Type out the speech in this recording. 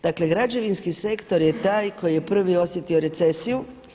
Dakle, građevinski sektor je taj koji je prvi osjetio recesiju.